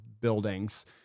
buildings